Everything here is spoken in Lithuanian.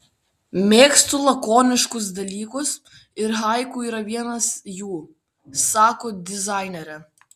mėgstu lakoniškus dalykus ir haiku yra vienas jų sako dizainerė